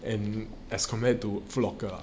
and as compared to Foot Locker ah